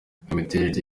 imiterere